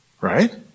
right